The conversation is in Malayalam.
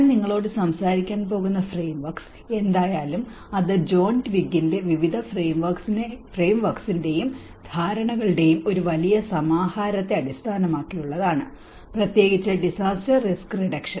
ഞാൻ നിങ്ങളോട് സംസാരിക്കാൻ പോകുന്ന ഫ്രെയിംവർക്സ് എന്തായാലും അത് ജോൺ ട്വിഗ്ഗിന്റെ വിവിധ ഫ്രെയിംവർക്സിന്റെയും ധാരണകളുടെയും ഒരു വലിയ സമാഹാരത്തെ അടിസ്ഥാനമാക്കിയുള്ളതാണ് പ്രത്യേകിച്ച് ഡിസാസ്റ്റർ റിസ്ക് റീഡക്ഷൻ